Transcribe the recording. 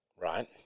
Right